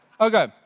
Okay